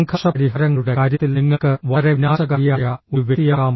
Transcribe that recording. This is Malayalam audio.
സംഘർഷ പരിഹാരങ്ങളുടെ കാര്യത്തിൽ നിങ്ങൾക്ക് വളരെ വിനാശകാരിയായ ഒരു വ്യക്തിയാകാം